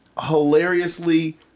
hilariously